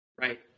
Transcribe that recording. right